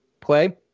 play